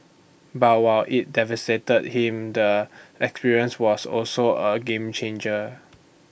but while IT devastated him the experience was also A game changer